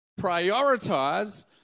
prioritize